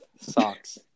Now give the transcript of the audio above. socks